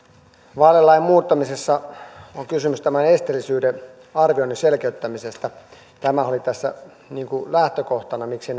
vaalilain muuttamisessa on kysymys tämän esteellisyyden arvioinnin selkeyttämisestä tämä oli tässä lähtökohtana miksi